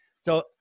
So-